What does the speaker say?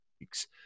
weeks